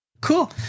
Cool